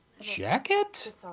jacket